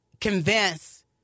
convince